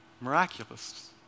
Miraculous